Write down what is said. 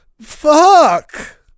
Fuck